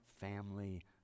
family